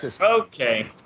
Okay